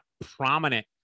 prominent